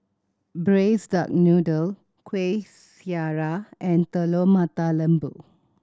Braised Duck Noodle Kueh Syara and Telur Mata Lembu